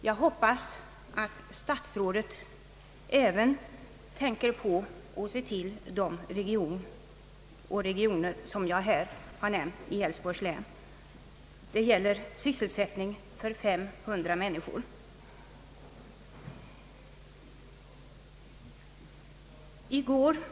Jag hoppas att statsrådet även tänker på de regioner som jag här har nämnt i Älvsborgs län. Det gäller nu närmast sysselsättning för 500 människor vid de företag som jag tidigare nämnde.